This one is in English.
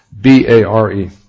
B-A-R-E